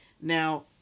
Now